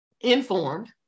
informed